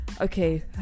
Okay